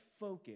focus